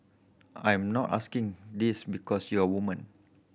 I'm not asking this because you're a woman